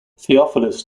theophilus